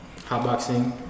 hotboxing